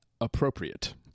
appropriate